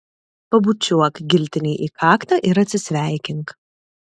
pabučiuok giltinei į kaktą ir atsisveikink